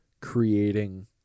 creating